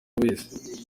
wese